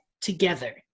together